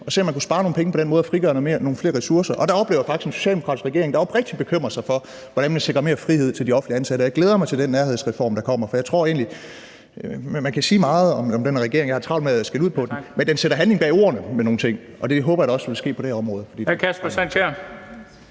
og se, om man kunne spare nogle penge på den måde og frigøre nogle flere ressourcer, og der oplever jeg faktisk en socialdemokratisk regering, der oprigtigt bekymrer sig for, hvordan man sikrer mere frihed til de offentligt ansatte, og jeg glæder mig til den nærhedsreform, der kommer. Man kan sige meget om denne regering, jeg har travlt med at skælde ud på den, men den sætter handling bag ordene med nogle ting, og det håber jeg da også vil ske på det her område.